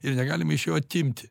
ir negalima iš jo atimti